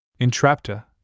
Entrapta